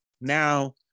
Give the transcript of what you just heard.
now